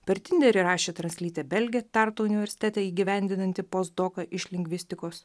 per tinderį rašė translytė belgė tartu universitete įgyvendinanti postdoką iš lingvistikos